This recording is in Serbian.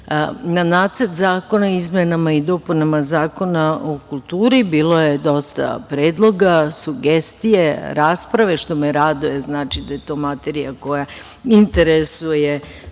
Na Nacrt zakona izmenama i dopunama Zakon o kulturi bilo je dosta predloga, sugestija, rasprave, što me raduje, znači da je to materija koja interesuje i